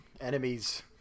Enemies